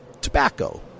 tobacco